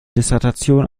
dissertation